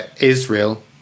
Israel